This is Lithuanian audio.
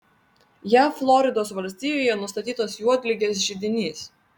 jav floridos valstijoje nustatytas juodligės židinys